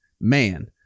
Man